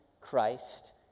Christ